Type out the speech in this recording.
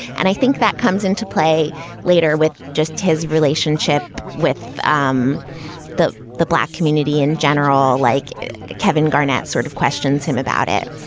and i think that comes into play later with just his relationship with um the the black community in general, like kevin garnett sort of questions him about it.